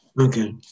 Okay